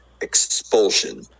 expulsion